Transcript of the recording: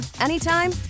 anytime